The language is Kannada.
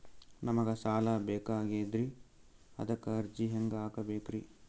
ನಮಗ ಸಾಲ ಬೇಕಾಗ್ಯದ್ರಿ ಅದಕ್ಕ ಅರ್ಜಿ ಹೆಂಗ ಹಾಕಬೇಕ್ರಿ?